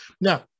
Now